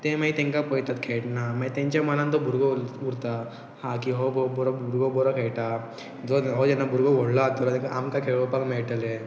तें मागीर तांकां पयतात खेळटना मागी तेंच्या मनान तो भुरगो उरता हां की हो बरो भुरगो बरो खेळटा जो हो जेन्ना भुरगो व्हडलो तांकां आमकां खेळोपाक मेळटले